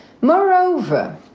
Moreover